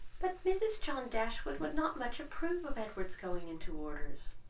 but mrs. john dashwood would not much approve of edward's going into orders.